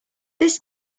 this